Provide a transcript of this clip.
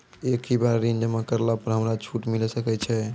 एक ही बार ऋण जमा करला पर हमरा छूट मिले सकय छै?